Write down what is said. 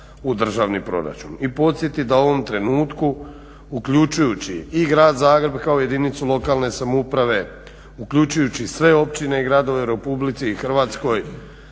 u državni proračun i podsjetit da u ovom trenutku uključujući i Grad Zagreb kao jedinicu lokalne samouprave, uključujući sve općine i gradove u Republici Hrvatskoj